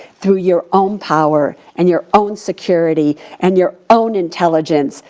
through your own power, and your own security, and your own intelligence.